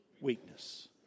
Weakness